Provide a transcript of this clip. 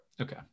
okay